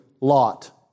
Lot